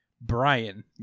Brian